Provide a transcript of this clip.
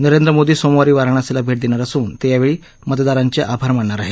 नरेंद्र मोदी सोमवारी वाराणसीला भेट देणार असून ते यावेळी मतदारांचे आभार मानणार आहेत